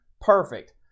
Perfect